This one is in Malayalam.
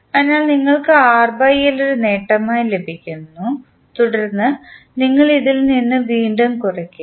അതിനാൽ നിങ്ങൾക്ക് ഒരു നേട്ടമായി ലഭിക്കുന്നു തുടർന്ന് നിങ്ങൾ ഇതിൽ നിന്ന് വീണ്ടും കുറയ്ക്കുക